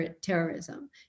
terrorism